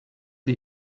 sie